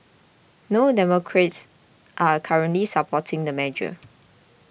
no Democrats are currently supporting the measure